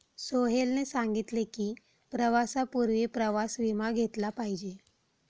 सोहेलने सांगितले की, प्रवासापूर्वी प्रवास विमा घेतला पाहिजे